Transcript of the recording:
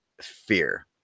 fear